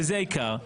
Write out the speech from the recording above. וזה העיקר,